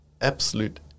absolute